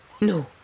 No